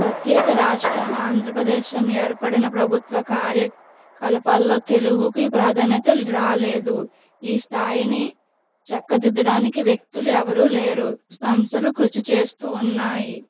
ప్రత్యేక రాష్ట్రం ఆంధ్రప్రదేశం ఏర్పడిన ప్రభుత్వ కార్యకలాపాల్లో తెలుగుకి ప్రాధాన్యత లే రాలేదు ఈ స్థాయిని చక్కదిద్దడానికి వ్యక్తులు ఎవరూ లేరు సంస్థలు కృషి చేస్తూ ఉన్నాయి